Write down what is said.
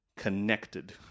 connected